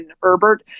Herbert